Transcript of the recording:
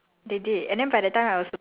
I'm so grateful for her